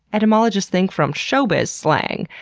etymologists think from showbiz slang.